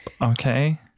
okay